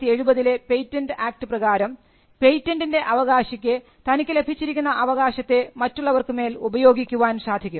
1970 ലെ patent act പ്രകാരം പേറ്റന്റിൻറെ അവകാശിക്ക് തനിക്ക് ലഭിച്ചിരിക്കുന്ന അവകാശത്തെ മറ്റുള്ളവർക്കു മേൽ ഉപയോഗിക്കുവാൻ സാധിക്കും